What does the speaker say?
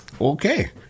Okay